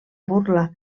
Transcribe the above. burla